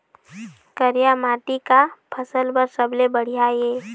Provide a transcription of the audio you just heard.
करिया माटी का फसल बर सबले बढ़िया ये?